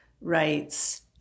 rights